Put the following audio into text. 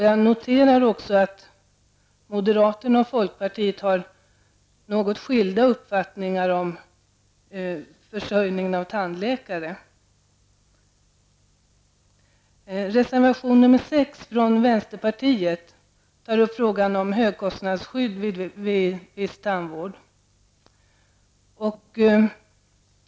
Jag noterar också att moderaterna och folkpartiet har något skilda uppfattningar i frågan om försörjningen med tandläkare. I reservation nr 6 tar vänsterpartiet upp frågan om högkostnadsskydd vid viss tandvård.